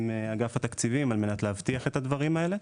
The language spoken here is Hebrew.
אגף התקציבים על מנת להבטיח את הדברים האלה.